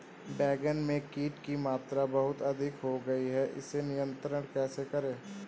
बैगन में कीट की मात्रा बहुत अधिक हो गई है इसे नियंत्रण कैसे करें?